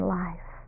life